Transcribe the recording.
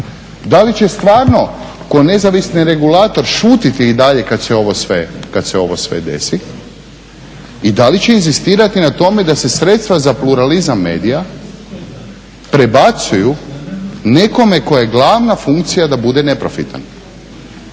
Da li će stvarno kao nezavisni regulator šutiti i dalje kad se ovo sve desi i da li će inzistirati na tome da se sredstva za pluralizam medija prebacuju nekome tko je glavna funkcija da bude neprofitan.